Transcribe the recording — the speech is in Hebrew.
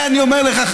זה אני אומר לך,